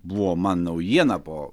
buvo man naujiena po